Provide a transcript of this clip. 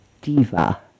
diva